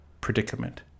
predicament